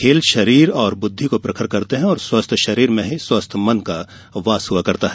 खेल शरीर और बुद्धि को प्रखर करते हैं और स्वस्थ शरीर में ही स्वस्थ मन वास किया करता है